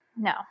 No